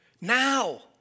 Now